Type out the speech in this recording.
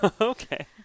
Okay